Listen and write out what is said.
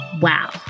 Wow